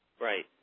Right